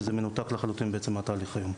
וזה מנותק לחלוטין בעצם מהתהליך היום.